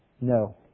No